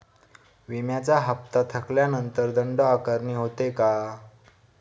विम्याचा हफ्ता थकल्यानंतर दंड आकारणी होते का?